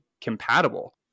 compatible